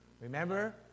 Remember